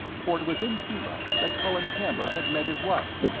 for it was in cuba that colin camber had met his wife,